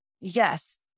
yes